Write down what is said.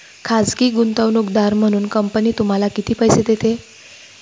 खाजगी गुंतवणूकदार म्हणून कंपनी तुम्हाला किती पैसे देते?